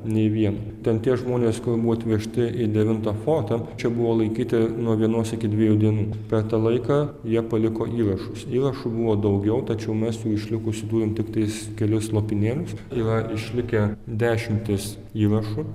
nei vieno ten tie žmonės kur buvo atvežti į devintą fortą čia buvo laikyti nuo vienos iki dviejų dienų per tą laiką jie paliko įrašus įrašų buvo daugiau tačiau mes jų išlikusių turim tiktais kelis lopinėlius yra išlikę dešimtys įrašų